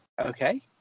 Okay